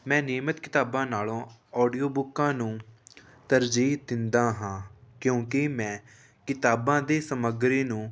ਮੈਂ ਨਿਯਮਤ ਕਿਤਾਬਾਂ ਨਾਲੋਂ ਓਡੀਓ ਬੁੱਕਾਂ ਨੂੰ ਤਰਜੀਹ ਦਿੰਦਾ ਹਾਂ ਕਿਉਂਕਿ ਮੈਂ ਕਿਤਾਬਾਂ ਦੀ ਸਮੱਗਰੀ ਨੂੰ